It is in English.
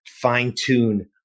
fine-tune